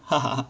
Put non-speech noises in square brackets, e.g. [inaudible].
[laughs]